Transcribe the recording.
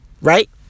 Right